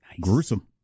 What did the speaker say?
Gruesome